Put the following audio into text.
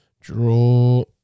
draw